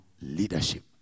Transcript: leadership